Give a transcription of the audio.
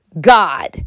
God